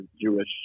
Jewish